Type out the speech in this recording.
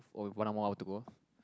oh with one hour more to go